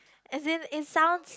as in it sounds